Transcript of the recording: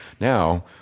Now